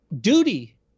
duty